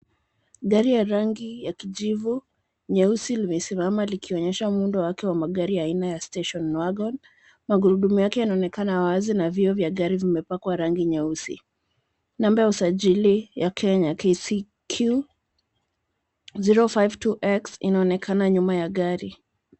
Gari ya rangi ya kijivu nyeusi, limesimama likionyesha muundo wake wa magari aina ya Station Wagon. Magurudumu yake yanaonekana wazi na vioo vya gari vimepakwa rangi nyeusi. Namba ya usajili yake ni ya KCQ 052X, inaonekana nyuma ya gari.